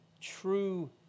true